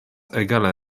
egale